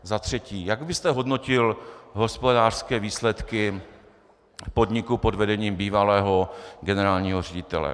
Za třetí: Jak byste hodnotil hospodářské výsledky podniku pod vedením bývalého generálního ředitele?